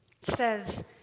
says